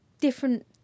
different